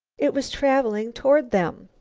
it was traveling toward them.